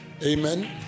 amen